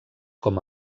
com